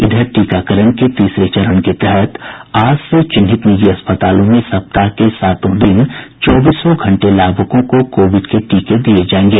इधर टीकाकरण के तीसरे चरण के तहत आज से चिन्हित निजी अस्पतालों में सप्ताह के सातों दिन चौबीसों घंटे लाभुकों को कोविड के टीके दिये जायेंगे